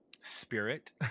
spirit